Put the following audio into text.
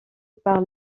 par